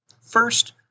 First